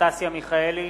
אנסטסיה מיכאלי,